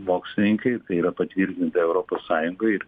mokslininkai ir tai yra patvirtinta europos sąjungoj ir